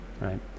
Right